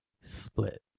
split